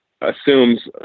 assumes